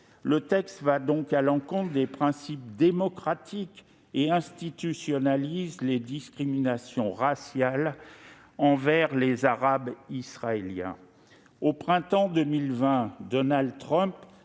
Le texte va donc à l'encontre des principes démocratiques et institutionnalise des discriminations raciales envers les Arabes israéliens. Au printemps 2020, Donald Trump